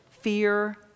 Fear